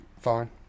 Fine